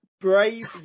brave